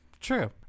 true